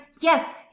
Yes